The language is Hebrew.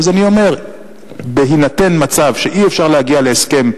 אז בהינתן מצב שאי-אפשר להגיע להסכם קבע,